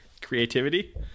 creativity